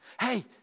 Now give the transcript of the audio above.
hey